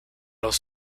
los